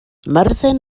myrddin